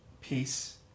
peace